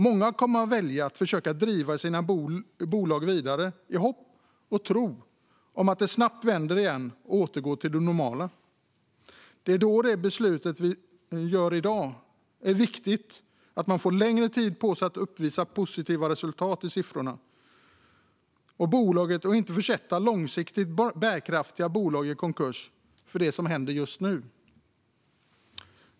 Många kommer att välja att försöka driva sina bolag vidare i hopp och tro om att det snabbt vänder igen och återgår till det normala. Det är då det beslutet vi föreslår i dag är viktigt. Man får längre tid på sig att uppvisa positiva resultat i siffrorna för bolaget och behöver inte försätta långsiktigt bärkraftiga bolag i konkurs för det som händer just nu.